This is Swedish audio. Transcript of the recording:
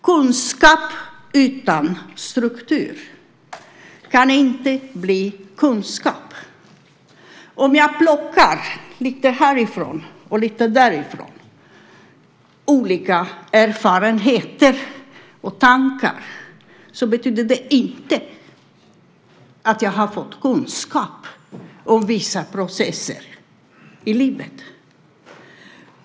Kunskap utan struktur kan inte bli kunskap. Om jag plockar olika erfarenheter och tankar lite härifrån och lite därifrån betyder det inte att jag har fått kunskap om vissa processer i livet.